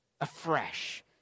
afresh